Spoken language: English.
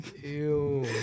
Ew